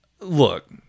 Look